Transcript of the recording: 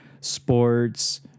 Sports